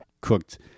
cooked